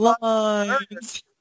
lines